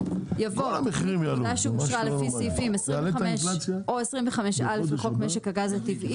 יבוא תוכנית עבודה שאושרה לפי סעיפים 25 או 25א לחוק משק הגז הטבעי,